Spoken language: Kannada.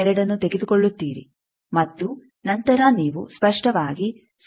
2ಅನ್ನು ತೆಗೆದುಕೊಳ್ಳುತ್ತೀರಿ ಮತ್ತು ನಂತರ ನೀವು ಸ್ಪಷ್ಟವಾಗಿ 0